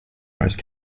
most